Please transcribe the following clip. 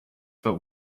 but